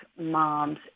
moms